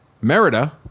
Merida